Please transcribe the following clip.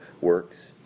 works